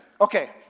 Okay